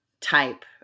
type